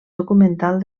documental